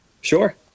Sure